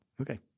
Okay